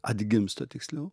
atgimsta tiksliau